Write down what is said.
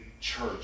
church